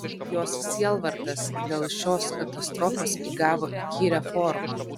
jos sielvartas dėl šios katastrofos įgavo įkyrią formą